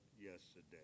yesterday